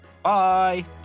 Bye